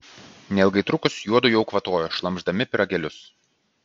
neilgai trukus juodu jau kvatojo šlamšdami pyragėlius